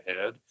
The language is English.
ahead